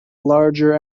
larger